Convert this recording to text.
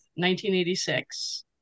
1986